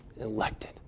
elected